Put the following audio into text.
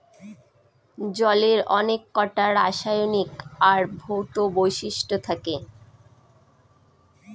জলের অনেককটা রাসায়নিক আর ভৌত বৈশিষ্ট্য থাকে